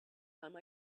time